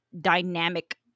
dynamic